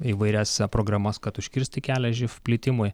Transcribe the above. įvairias programas kad užkirsti kelią živ plitimui